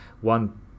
one